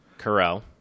Carell